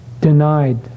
denied